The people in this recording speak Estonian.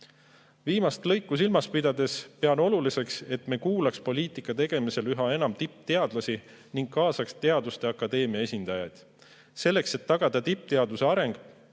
Viimast lõiku silmas pidades pean oluliseks, et me kuulaks poliitika tegemisel üha enam tippteadlasi ning kaasaks teaduste akadeemia esindajaid. Selleks, et tagada tippteaduse areng,